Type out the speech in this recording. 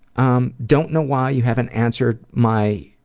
um don't know why you haven't answered my,